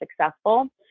successful